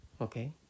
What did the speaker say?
Okay